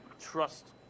trust